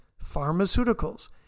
pharmaceuticals